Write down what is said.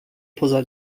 poza